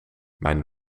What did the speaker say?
mijn